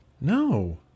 No